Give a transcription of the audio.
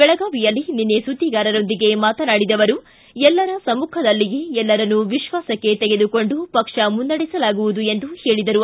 ಬೆಳಗಾವಿಯಲ್ಲಿ ನಿನ್ನೆ ಸುದ್ದಿಗಾರರೊಂದಿಗೆ ಮಾತನಾಡಿದ ಅವರು ಎಲ್ಲರ ಸಮ್ಮಖದಲ್ಲಿಯೇ ಎಲ್ಲರನ್ನು ವಿಶ್ವಾಸಕ್ಕೆ ತೆಗೆದುಕೊಂಡು ಪಕ್ಷ ಮುನ್ನಡೆಸಲಾಗುವುದು ಎಂದು ಹೇಳಿದರು